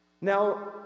Now